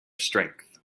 strength